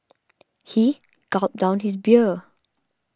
he gulped down his beer